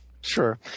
Sure